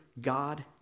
God